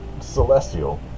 celestial